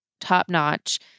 top-notch